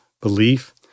belief